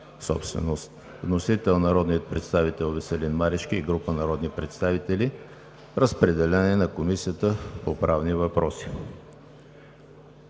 Вносител е народният представител Веселин Марешки и група народни представители. Разпределен е на Комисията по правни въпроси.